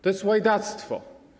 To jest łajdactwo.